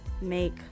make